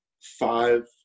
five